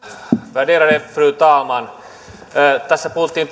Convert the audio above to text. värderade fru talman tässä puhuttiin